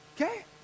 Okay